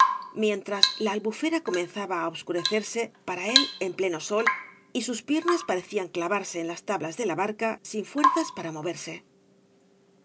mientras la albufera comenzaba á obscurecerse para él en pleno sol y sus piernas parecían clavarse en las tablas de la barca sin fuerzas para moverse